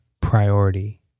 priority